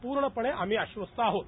पूर्ण पणे आम्ही आशवस्थ आहोत